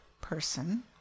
person